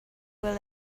will